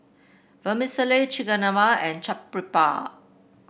Vermicelli Chigenabe and Chaat Papri